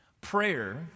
Prayer